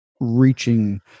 reaching